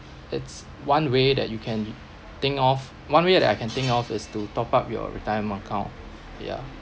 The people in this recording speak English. it's one way that you can think of one way that I can think of is to top up your retirement account ya